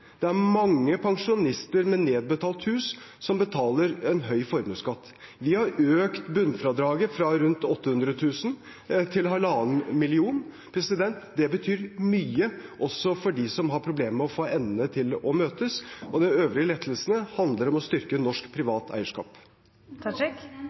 Det er mange pensjonister med nedbetalt hus som betaler en høy formuesskatt. Vi har økt bunnfradraget fra rundt 800 000 kr til 1,5 mill. kr. Det betyr mye, også for dem som har problemer med å få endene til å møtes. De øvrige lettelsene handler om å styrke norsk